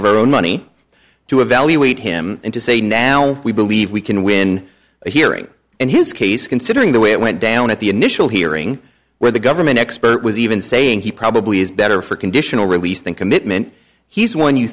our own money to evaluate him and to say now we believe we can win a hearing and his case considering the way it went down at the initial hearing where the government expert was even saying he probably is better for conditional release thing commitment he's when you